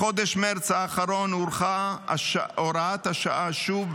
בחודש מרץ האחרון הוארכה הוראת השעה שוב,